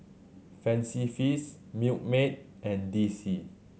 Fancy Feast Milkmaid and D C